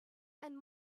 and